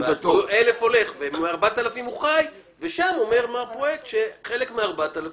מ-4,000 ועל זה אומר מר פרויקט שחלק מה-4,000